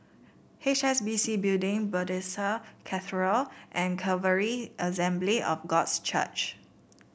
H S B C Building Bethesda Cathedral and Calvary Assembly of Gods Church